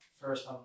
first